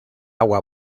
agua